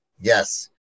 Yes